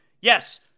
Yes